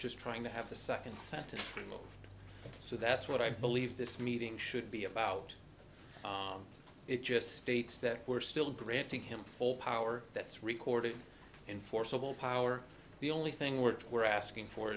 just trying to have the second sentence to look so that's what i believe this meeting should be about it just states that we're still granting him full power that's recorded enforceable power the only thing we're we're asking for